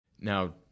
Now